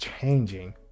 changing